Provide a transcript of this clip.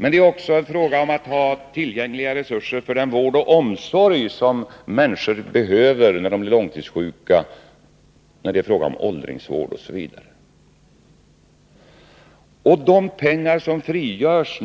Det är också fråga om att ha tillgängliga resurser för den vård och omsorg som människor behöver när de är långtidssjuka, inom åldringsvården OSV. De pengar som nu frigörs